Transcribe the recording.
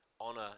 honor